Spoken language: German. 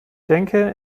denke